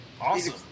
awesome